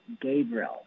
Gabriel